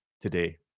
today